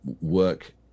work